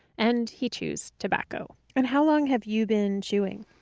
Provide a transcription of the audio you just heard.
and he chews tobacco and how long have you been chewing?